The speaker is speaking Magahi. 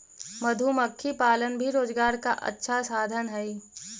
मधुमक्खी पालन भी रोजगार का अच्छा साधन हई